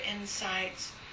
insights